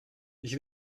ich